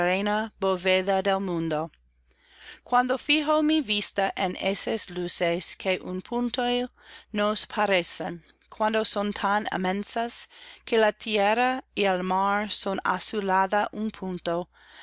mundo cuando fijo mi vista en esas luces que un punto nos parecen cuando son tan inmensas que la tierra y el mar son á su lado un punto